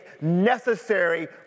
necessary